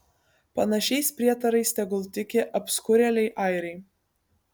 panašiais prietarais tegul tiki apskurėliai airiai